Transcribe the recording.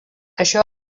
això